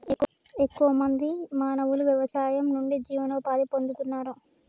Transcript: ఎక్కువ మంది మానవులు వ్యవసాయం నుండి జీవనోపాధి పొందుతున్నారు